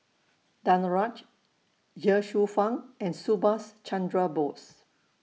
Danaraj Ye Shufang and Subhas Chandra Bose